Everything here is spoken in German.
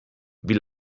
wie